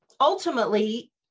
ultimately